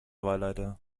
wahlleiter